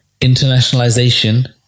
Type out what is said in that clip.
internationalization